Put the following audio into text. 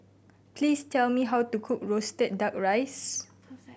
please tell me how to cook roasted Duck Rice